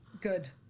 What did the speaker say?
Good